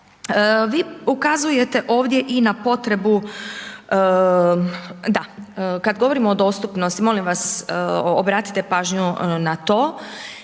Vi ukazujete ovdje i na potrebu, da, kad govorimo o dostupnosti, molim vas obratite pažnju na to